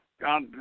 God